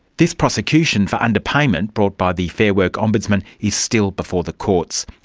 this prosecution for underpayment brought by the fair work ombudsman is still before the courts.